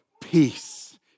peace